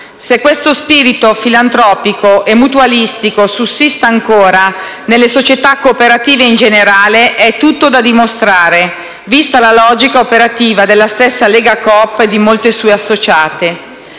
Se questo spirito filantropico e mutualistico sussista ancora nelle società cooperative in generale, è tutto da dimostrare, vista la logica operativa della stessa Legacoop e di molte sue associate.